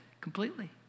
completely